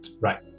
Right